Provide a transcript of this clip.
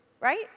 right